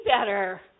better